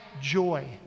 joy